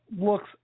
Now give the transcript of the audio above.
looks